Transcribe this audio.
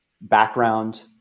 background